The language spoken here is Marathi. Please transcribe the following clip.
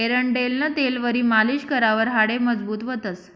एरंडेलनं तेलवरी मालीश करावर हाडे मजबूत व्हतंस